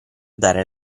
dare